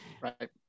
Right